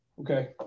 Okay